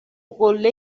قله